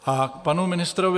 A k panu ministrovi.